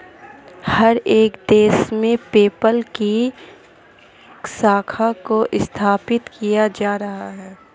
हर एक देश में पेपल की शाखा को स्थापित किया जा रहा है